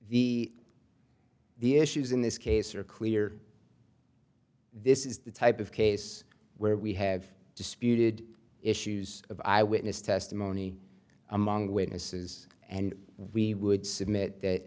the the issues in this case are clear this is the type of case where we have disputed issues of eyewitness testimony among witnesses and we would submit that